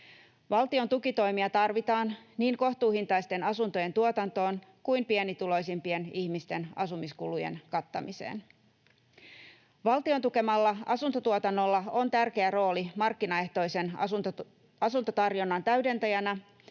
Valtion tukitoimia tarvitaan niin kohtuuhintaisten asuntojen tuotantoon kuin pienituloisimpien ihmisten asumiskulujen kattamiseen. Valtion tukemalla asuntotuotannolla on tärkeä rooli markkinaehtoisen asuntotarjonnan täydentäjänä,